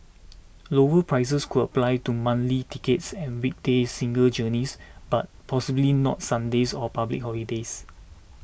lower prices could apply to monthly tickets and weekday single journeys but possibly not Sundays or public holidays